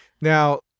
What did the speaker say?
now